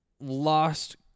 lost